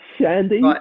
Shandy